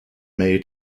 may